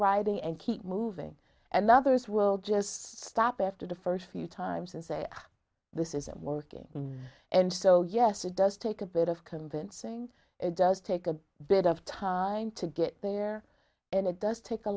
riding and keep moving and the others will just stop after the first few times and say this isn't working and so yes it does take a bit of convincing it does take a bit of time to get there and it does take a